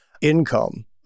income